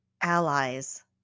allies